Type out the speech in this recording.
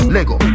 Lego